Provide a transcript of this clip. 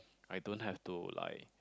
I don't have to like